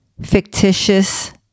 fictitious